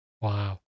Wow